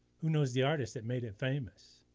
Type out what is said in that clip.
who knows the artist that made it famous?